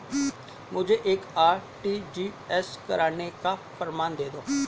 मुझे एक आर.टी.जी.एस करने का फारम दे दो?